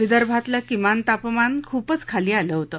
विदर्भातलं किमान तापमान खूपच खाली आलं होतं